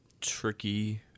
tricky